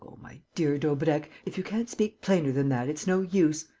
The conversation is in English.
my dear daubrecq, if you can't speak plainer than that, it's no use!